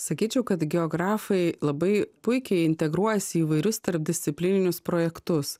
sakyčiau kad geografai labai puikiai integruojasi į įvairius tarpdisciplininius projektus